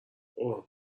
اوه